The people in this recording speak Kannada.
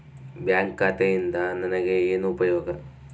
ಬ್ಯಾಂಕ್ ಖಾತೆಯಿಂದ ನನಗೆ ಏನು ಉಪಯೋಗ?